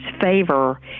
favor